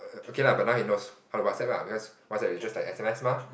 okay lah but now he knows how to WhatsApp lah because WhatsApp is just like s_m_s mah